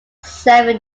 seven